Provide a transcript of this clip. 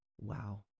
wow